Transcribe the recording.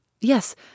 Yes